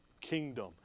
kingdom